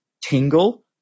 tingle